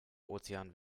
ozean